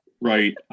right